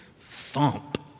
thump